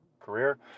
career